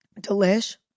Delish